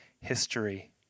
history